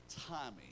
timing